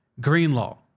Greenlaw